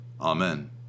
amen